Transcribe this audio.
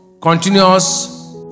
continuous